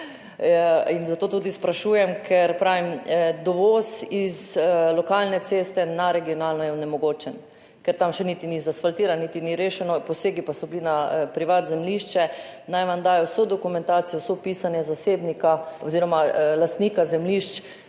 in zato tudi sprašujem, ker je dovoz iz lokalne ceste na regionalno onemogočen, ker tam še niti ni asfaltirano niti ni rešeno, posegi pa so bili na privatnem zemljišču. Naj vam dajo vso dokumentacijo, vso pisanje zasebnika oziroma lastnika zemljišč,